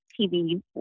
TV